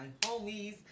homies